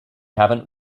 haven’t